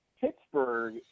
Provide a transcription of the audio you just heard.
Pittsburgh